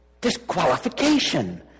Disqualification